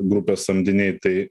grupės samdiniai tai